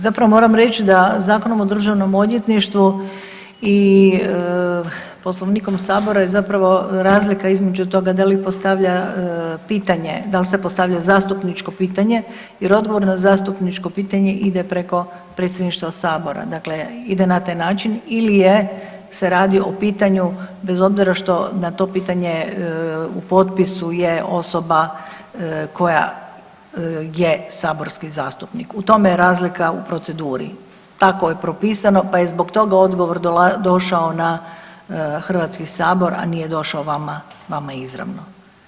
Zapravo moram reći da Zakonom o državnom odvjetništvu i Poslovnikom Sabora je zapravo razlika između toga da li postavlja pitanje dal se postavlja zastupničko pitanje jer odgovor na zastupničko pitanje ide preko predsjedništva sabora, dakle ide na taj način ili je se radi o pitanju bez obzira što na to pitanje u potpisu je osoba koja je saborski zastupnik u tome je razlika u proceduri, tako je propisano pa je zbog toga odgovor došao na HS, a nije došao vama izravno.